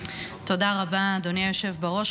תודה רבה, אדוני היושב בראש.